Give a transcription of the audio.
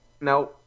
No